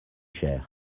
cher